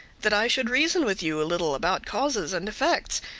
that i should reason with you a little about causes and effects,